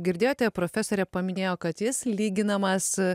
girdėjote profesorė paminėjo kad jis lyginamas